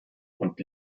und